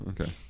Okay